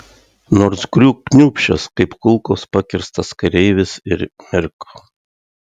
nors griūk kniūbsčias kaip kulkos pakirstas kareivis ir mirk